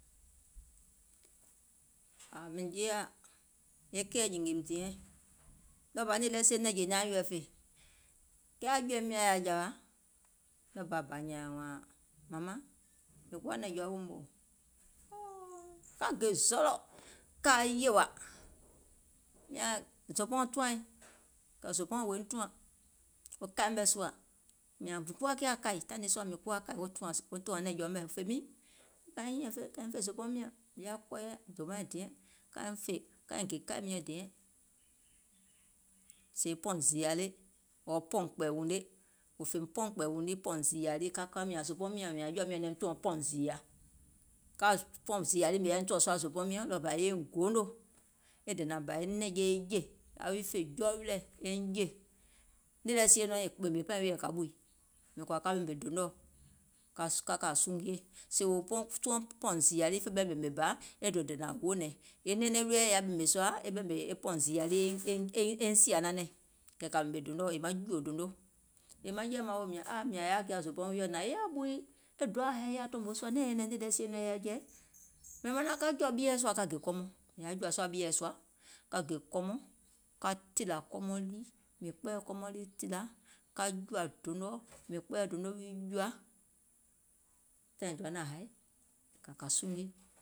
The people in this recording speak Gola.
Mìŋ jeeȧ, e keì nyìngèìm diɛŋ, ɗɔɔbȧ nìì lɛ sie nɛ̀ŋjè nyaȧŋ wilɛ̀ fè, kɛɛ aŋ jɔ̀ȧim nyȧŋ yaȧ jawa, ɗɔɔbà bȧ nyȧȧìm nyȧȧŋ, mȧmaŋ, mìŋ kuwa nɛ̀ŋ jɔa weèum mòò, ka gè zɔlɔ̀, ka yèwȧ, mìȧŋ zòòbɔɔɔ̀ŋj tuȧiŋ, kɛ̀ zòòbɔɔɔ̀ŋ wòiŋ tùȧŋ, wo kaì mɛ̀ sùȧ, mìȧŋ mìŋ kuwa kiȧ kȧì, taìŋ nii sùȧ mìŋ kuwa kiȧ kȧì wo tùȧŋ nɛ̀ŋ jɔa mɛ̀, kaiŋ gè kaì miɛ̀ŋ diɛŋ, sèè pɔ̀ùŋ zììyȧ le, ɔ̀ɔ̀ pɔ̀ùŋ kpɛ̀ɛ̀ùŋ le, wò fèìm pɔ̀ùŋ kpɛ̀ɛ̀ùŋ pɔ̀ùŋ zììyȧ lii ka ka mìȧŋ zòòbɔɔŋ miɔ̀ŋ jɔ̀ȧ miɔ̀ŋ naim tùɔ̀ŋ pɔ̀ùŋ zììyȧ, pɔ̀ùŋ zììyà lii ɗɔɔbȧ mìŋ yȧ nìŋ tɔ̀ɔ̀ sùȧ zòòbɔɔŋ miɔ̀ŋ ɗɔɔbȧ ein goonò, e dènȧŋ bȧ nɛ̀ŋje e jè, aŋ wi jɔɔ wilɛ̀ eiŋ jè, nìì lɛ sie nɔŋ è ɓèmè paìŋ wiɔ̀ è kȧ ɓùi, mìŋ kɔ̀ȧ ka ɓèmè donoɔ̀ ka kȧ sungie, e pɔ̀ùŋ zììyȧ lii e fè ɓɛìŋ ɓèmè bȧ e dènȧŋ hoònɛ̀ŋ, e nɛɛnɛŋ wilɛ̀ yaȧ ɓèmè sùȧ e pɔ̀ùŋ zììyȧ lii eiŋ sìȧ nanɛ̀ŋ, kɛ̀ kȧ ɓèmè donoɔ̀, yèè maŋ jùò dono, yèè maŋ jɛi maŋ woò mìȧŋ è yaȧ kiȧ zòòbɔɔŋ wiɔ̀ hnȧŋ è yaȧ ɓùi, e doaȧ haì è yaȧ tòmò sùȧ, nɛ̀ɛŋ nyɛ̀nɛ̀ŋ nìì lɛ sie nɔŋ e yɛi jɛi, mìŋ manaŋ ka jɔ̀ȧ ɓieɛ̀ sùȧ ka gè kɔmɔŋ, mìŋ yaȧ jɔ̀ȧ sùȧ ɓieɛ̀ sùȧ ka gè kɔmɔŋ, ka tìlȧ kɔmɔŋ lii, mìŋ kpɛɛyɛ̀ kɔmɔŋ lii tìla, ka jùȧ donoɔ̀, mìŋ kpɛɛyɛ̀ dono wii jùȧ tȧìŋ doanȧŋ haì kɛ̀ kȧ kȧ sungie.